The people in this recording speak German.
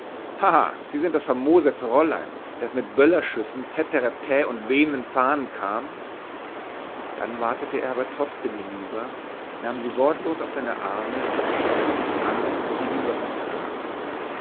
sie das famose fräulein das mit böllerschüssen täteretä und wehenden fahnen kam dann watete er aber trotzdem hinüber nahm sie wortlos auf seine arme und schickte sich an sie hinüber